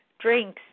drinks